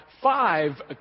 Five